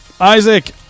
Isaac